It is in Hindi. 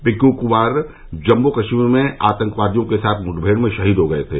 पिंकू कुमार जम्मू कश्मीर में आतंकवादियों के साथ मुठभेड़ में शहीद हो गये थे